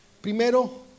Primero